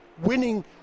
winning